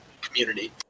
community